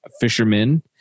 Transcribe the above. fishermen